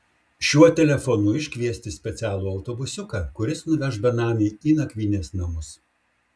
šiuo telefonu iškviesti specialų autobusiuką kuris nuveš benamį į nakvynės namus